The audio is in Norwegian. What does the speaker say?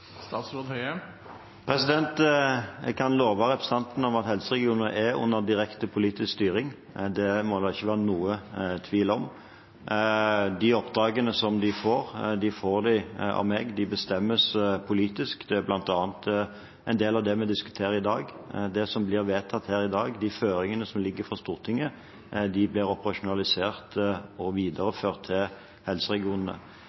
Jeg kan love representanten at helseregionene er under direkte politisk styring. Det må det ikke være noen tvil om. De oppdragene de får, får de av meg. De bestemmes politisk. Det er bl.a. en del av det vi diskuterer i dag. Det som blir vedtatt her i dag, de føringene som ligger fra Stortinget, blir operasjonalisert og